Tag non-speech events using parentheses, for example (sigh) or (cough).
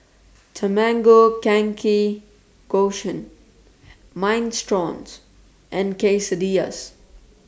Tamago Kake (unintelligible) Minestrones and Quesadillas